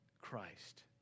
Christ